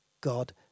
God